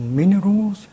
minerals